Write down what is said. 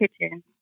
kitchen